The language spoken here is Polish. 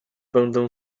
będę